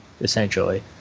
essentially